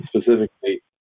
specifically